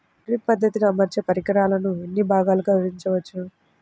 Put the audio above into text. Drip పద్ధతిలో అమర్చే పరికరాలను ఎన్ని భాగాలుగా విభజించవచ్చు?